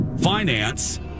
finance